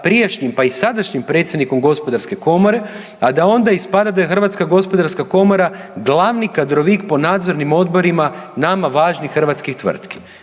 prijašnjim, pa i sadašnjim predsjednikom Gospodarske komore, a da onda ispada da je Hrvatska gospodarska komora glavni kadrovik po nadzornim odborima nama važnih hrvatskih tvrtki.